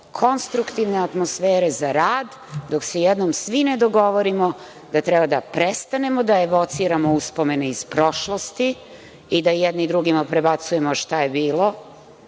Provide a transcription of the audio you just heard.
konstruktivne atmosfere za rad dok se jednom svi ne dogovorimo da treba da prestanemo da evociramo uspomene iz prošlosti i da jedni drugima prebacujemo šta je bilo,